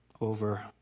over